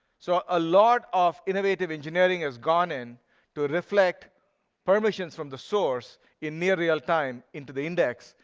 so a lot of innovative engineering has gone in to reflect permissions from the source in near real-time into the index,